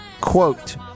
Quote